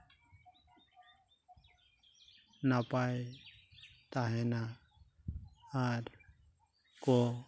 ᱱᱟᱯᱟᱭ ᱛᱟᱦᱮᱱᱟ ᱟᱨ ᱠᱚ